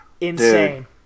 insane